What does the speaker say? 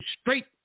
straight